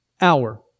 hour